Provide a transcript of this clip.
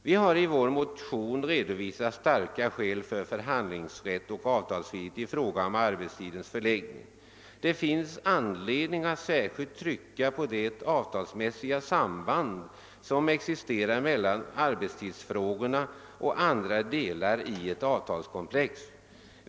Vi har i vår motion redovisat starka skäl för förhandlingsrätt och avtalsfrihet i fråga om arbetstidens förläggning. Det finns anledning att särskilt trycka på det avtalsmässiga samband som existerar mellan arbetstidsfrågorna och andra delar i ett avtalskomplex.